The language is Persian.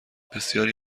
بسیاری